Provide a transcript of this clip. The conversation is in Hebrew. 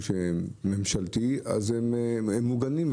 ממשלתי, הם מוגנים.